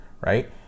right